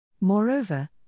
Moreover